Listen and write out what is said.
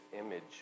image